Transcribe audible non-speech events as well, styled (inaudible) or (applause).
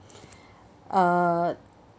(breath) uh